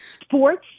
sports